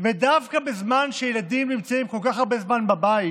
ודווקא בזמן שילדים נמצאים כל כך הרבה זמן בבית,